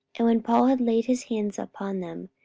and when paul had laid his hands upon them,